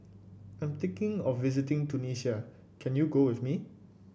I'm thinking of visiting Tunisia can you go with me